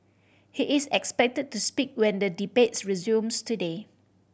he is expected to speak when the debates resumes today